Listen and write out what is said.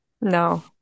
no